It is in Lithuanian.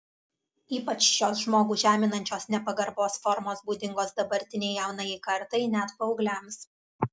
ypač šios žmogų žeminančios nepagarbos formos būdingos dabartinei jaunajai kartai net paaugliams